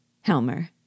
Helmer